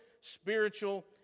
spiritual